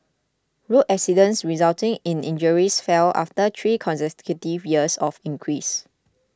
road accidents resulting in injuries fell after three consecutive years of increase